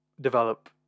develop